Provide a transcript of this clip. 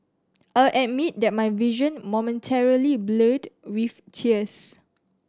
I'll admit that my vision momentarily blurred with tears